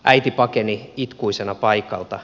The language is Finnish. äiti pakeni itkuisena paikalta